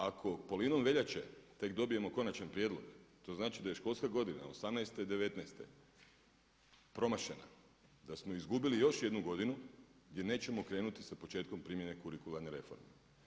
Ako polovinom veljače tek dobijemo konačan prijedlog to znači da je školska godina 2018. i 2019. promašena, da samo izgubili još jednu godinu jer nećemo krenuti sa početkom primjene kurikularne reforme.